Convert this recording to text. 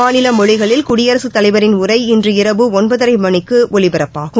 மாநிலமொழிகளில் குடியரசுத் தலைவரின் உரை இன்று இரவு ஒன்பதரைமணிக்குஒலிபரப்பாகும்